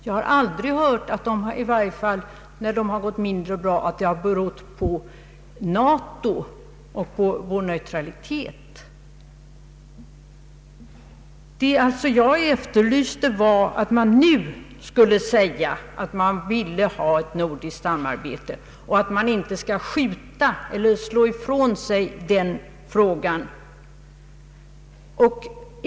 Jag har i varje fall aldrig hört att om de gått mindre bra detta skulle ha berott på NATO och på vår neutralitet. Vad jag efterlyste var att man nu klart skulle uttala sig för ett nordiskt samarbete och att man inte skall skjuta ifrån sig den frågan.